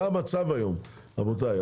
זה המצב היום, רבותיי.